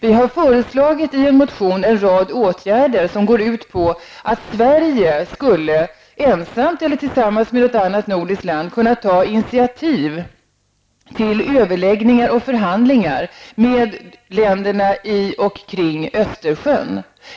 Vi har i en motion föreslagit en rad åtgärder som går ut på att Sverige, ensamt eller tillsammans med något annat nordiskt land, skulle kunna ta initiativ till överläggningar och förhandlingar med länderna kring Östersjön.